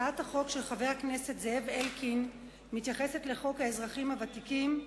הצעת החוק של חבר הכנסת זאב אלקין מתייחסת לחוק האזרחים הוותיקים,